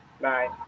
Bye